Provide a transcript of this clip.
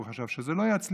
והוא חשב שזה לא יצליח.